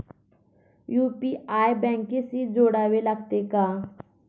UPI बँकेशी जोडावे लागते का?